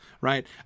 right